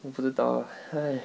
我不知道啦 !hais!